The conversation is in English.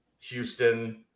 Houston